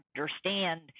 understand